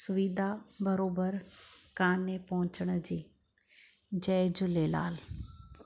सुविधा बराबरि कोन्हे पहुचण जी जय झूलेलाल